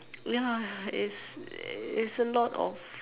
ya is is a lot of